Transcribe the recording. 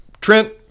Trent